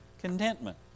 contentment